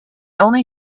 only